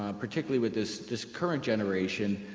particularly with this this current generation,